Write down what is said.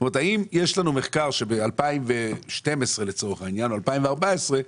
האם יש לנו מחקר שב-2012 לצורך העניין או ב-2014,